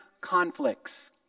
conflicts